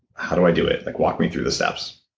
how do i do it? like walk me through the steps.